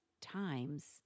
times